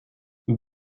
mit